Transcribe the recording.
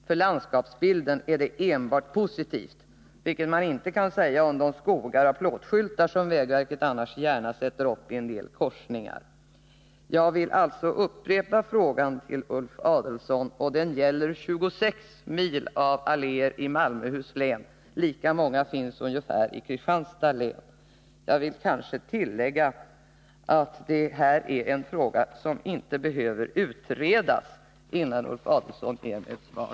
För landskapsbilden är det enbart positivt, vilket man inte kan säga om de skogar av plåtskyltar som vägverket annars gärna sätter upp i en Jag vill alltså upprepa min fråga till Ulf Adelsohn, och den gäller 26 mil av alléer i Malmöhus län. Ungefär lika många finns i Kristianstads län. Jag vill tillägga att detta är en fråga som inte behöver utredas innan Ulf Adelsohn ger mig ett svar.